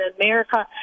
America